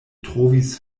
trovis